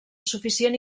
suficient